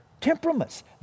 temperaments